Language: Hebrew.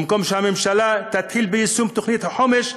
במקום שהממשלה תתחיל ביישום תוכנית החומש,